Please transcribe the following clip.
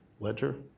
ledger